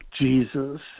Jesus